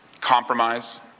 Compromise